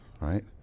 right